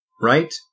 right